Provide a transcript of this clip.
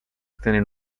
tenen